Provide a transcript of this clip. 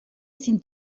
sind